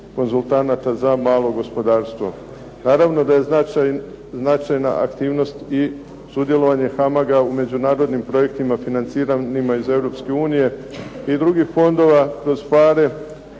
konzultanata za malo gospodarstvo. Naravno da je značajna aktivnost i sudjelovanje "HAMAG-a" u međunarodnim projektima financiranima iz Europske unije i drugih fondova kroz